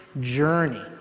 journey